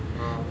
orh